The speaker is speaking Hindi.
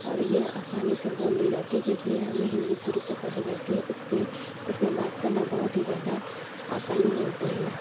और ये आसानी से बोल ली जाती है क्योंकि ये हमें हिन्दी शुरू से पढ़ाई जाती है इस लिए इस में बात करना बहुत ही ज़्यादा आसानी होती है